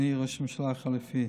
אדוני ראש הממשלה החלופי,